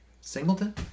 Singleton